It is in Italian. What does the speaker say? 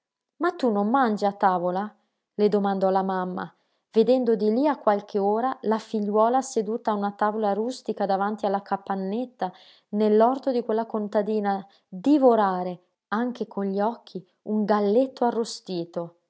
ma tu non mangi a tavola le domandò la mamma vedendo di lí a qualche ora la figliuola seduta a una tavola rustica davanti alla capannetta nell'orto di quella contadina divorare anche con gli occhi un galletto arrostito